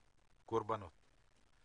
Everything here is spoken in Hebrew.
קורבנות.